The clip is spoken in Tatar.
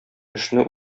эшне